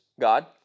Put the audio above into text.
God